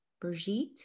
Brigitte